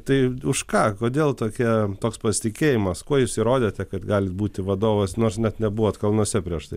tai už ką kodėl tokia toks pasitikėjimas kuo jūs įrodėte kad galit būti vadovas nors net nebuvot kalnuose prieš tai